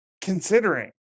considering